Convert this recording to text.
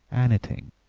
anything!